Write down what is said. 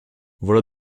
voilà